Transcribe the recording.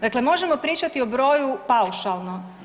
Dakle, možemo pričati o broju paušalno.